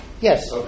yes